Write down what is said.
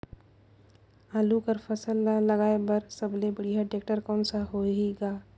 आलू कर फसल ल लगाय बर सबले बढ़िया टेक्टर कोन सा होही ग?